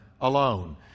alone